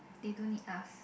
they don't need us